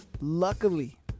luckily